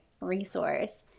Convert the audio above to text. resource